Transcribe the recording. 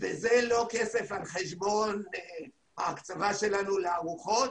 זה לא כסף על חשבון ההקצבה שלנו לארוחות